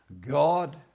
God